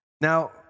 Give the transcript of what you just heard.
Now